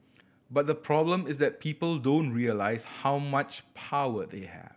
but the problem is that people don't realise how much power they have